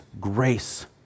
grace